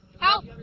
Help